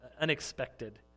Unexpected